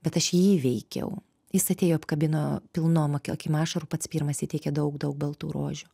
bet aš jį įveikiau jis atėjo apkabino pilnom akim ašarų pats pirmas įteikė daug daug baltų rožių